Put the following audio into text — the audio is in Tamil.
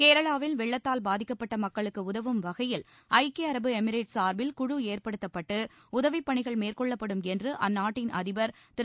கேரளாவில் வெள்ளத்தால் பாதிக்கப்பட்ட மக்களுக்கு உதவும் வகையில் ஐக்கிய அரபு எமிரேட் சார்பில் குழு ஏற்படுத்தப்பட்டு உதவிப்பணிகள் மேற்கொள்ளப்படும் என்று அந்நாட்டின் அதிபர் திரு